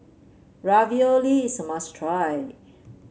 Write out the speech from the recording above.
ravioli is a must try